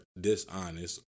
dishonest